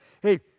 Hey